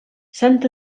sant